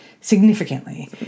significantly